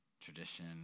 tradition